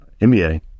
NBA